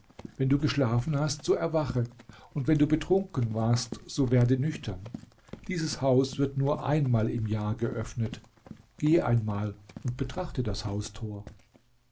wenn du geschlafen hast so erwache und wenn du betrunken warst so werde nüchtern dieses haus wird nur einmal im jahr geöffnet geh einmal und betrachte das haustor